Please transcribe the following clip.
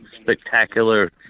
spectacular